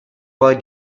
poi